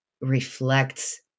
reflects